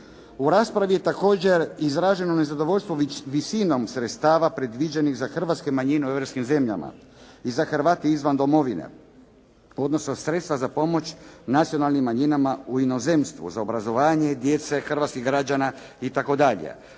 U raspravi je također izraženo nezadovoljstvo visinom sredstava predviđenih za hrvatske manjine u europskim zemljama i za Hrvate izvan Domovine, odnosno sredstva za pomoć nacionalnim manjinama u inozemstvu za obrazovanje djece, hrvatskih građana i